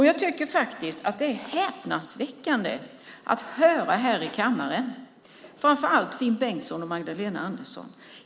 Jag tycker faktiskt att det är häpnadsväckande att höra här i kammaren framför allt Finn Bengtsson och Magdalena Andersson.